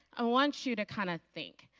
i want you to kind of think.